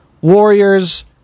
Warriors